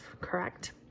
correct